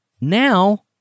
Now